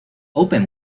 open